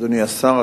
אדוני השר,